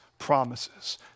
promises